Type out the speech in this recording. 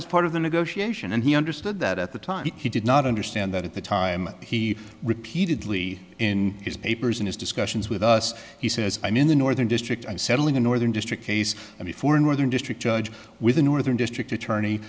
was part of the negotiation and he understood that at the time he did not understand that at the time he repeatedly in his papers in his discussions with us he says i'm in the northern district and settling in northern district case i mean for northern district judge with the northern district attorney